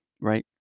right